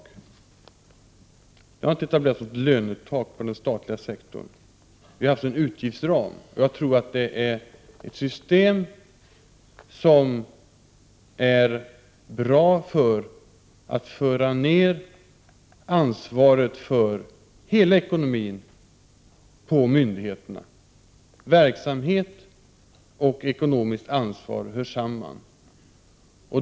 Vi har inte 33 etablerat något lönetak på den statliga sektorn — vi har haft en utgiftsram. Jag tror att det är ett bra system för att föra ned ansvaret för hela ekonomin på myndigheterna. Verksamhet och ekonomiskt ansvar hör samman.